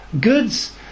goods